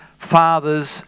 Father's